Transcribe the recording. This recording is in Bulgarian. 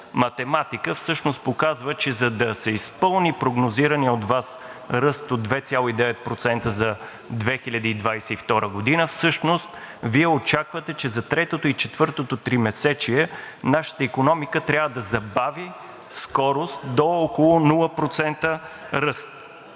математика всъщност показва, че за да се изпълни прогнозираният от Вас ръст от 2,9% за 2022 г., всъщност Вие очаквате, че за третото и четвъртото тримесечие нашата икономика трябва да забави скорост до около 0% ръст.